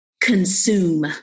consume